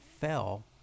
fell